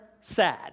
sad